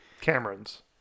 Cameron's